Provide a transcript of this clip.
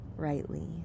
rightly